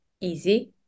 easy